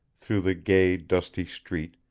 through the gay, dusty street,